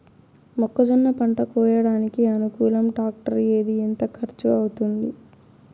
మొక్కజొన్న పంట కోయడానికి అనుకూలం టాక్టర్ ఏది? ఎంత ఖర్చు అవుతుంది?